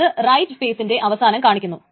അത് റൈറ്റ് ഫെയ്സിൻറെ അവസാനം കാണിക്കുന്നു